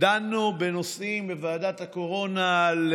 דנו בנושאים בוועדת הקורונה,